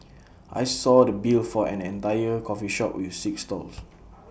I saw the bill for an entire coffee shop with six stalls